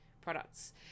products